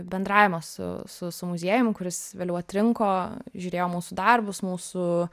bendravimą su su su muziejum kuris vėliau atrinko žiūrėjo mūsų darbus mūsų